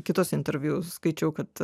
kituose interviu skaičiau kad